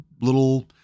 little